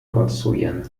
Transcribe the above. konstruieren